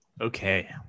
Okay